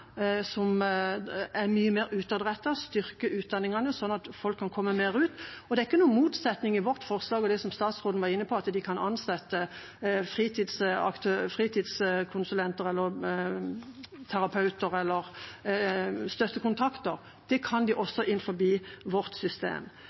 som er mye mer utadrettet, og styrke utdanningene slik at folk kan komme mer ut. Og det er ikke noen motsetning i vårt forslag og det som statsråden var inne på, at de kan ansette fritidskonsulenter, terapeuter eller støttekontakter. Det kan de